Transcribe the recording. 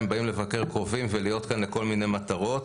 הם באים לבקר קרובים ולהיות כאן לכל מיני מטרות.